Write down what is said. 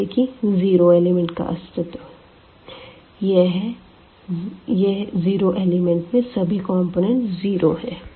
जैसे कि zero element का अस्तित्व है यह है जीरो एलिमेंट में सभी कंपोनेंट्स जीरो है